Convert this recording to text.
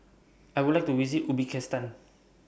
I Would like to visit Uzbekistan